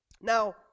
Now